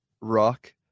rock